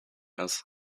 ist